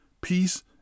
peace